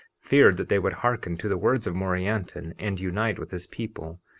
feared that they would hearken to the words of morianton and unite with his people,